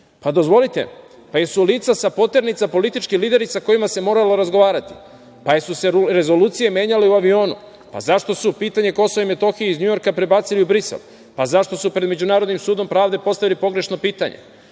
Metohije? Dozvolite, jesu li lica sa poternica politički lideri sa kojima se moralo razgovarati? Jesu li se rezolucije menjale u avionu? Zašto su pitanje Kosova i Metohije iz Njujorka prebacili u Brisel? Zašto su pred Međunarodnim sudom pravde postavili pogrešno pitanje?